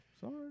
Sorry